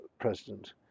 president